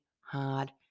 hard